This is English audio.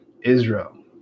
Israel